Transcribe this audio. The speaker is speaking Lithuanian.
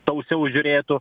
tausiau žiūrėtų